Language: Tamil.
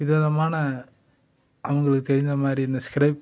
விதவிதமான அவங்களுக்கு தெரிந்த மாதிரி இந்த ஸ்க்ரைப்